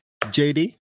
jd